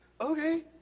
Okay